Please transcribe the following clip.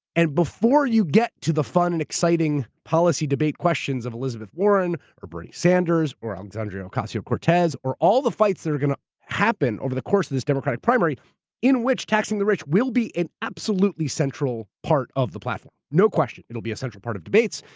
and before you get to the fun and exciting policy debate questions of elizabeth warren or bernie sanders or alexandria ocasio-cortez, or all the fights that are going happen over the course of this democratic primary in which taxing the rich will be an absolutely central part of the platform. no question. it'll be a central part of debates.